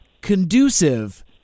conducive